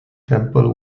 temple